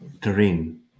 terrain